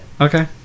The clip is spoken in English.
Okay